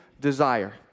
desire